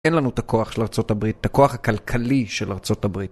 אין לנו את הכוח של ארה״ב, את הכוח הכלכלי של ארה״ב.